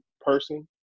person